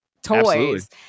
toys